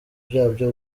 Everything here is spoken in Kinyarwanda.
ryabyo